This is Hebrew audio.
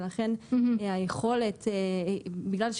ולכן, מבחינת היכולת האכיפה